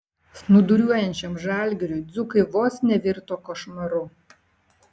snūduriuojančiam žalgiriui dzūkai vos nevirto košmaru